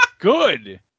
Good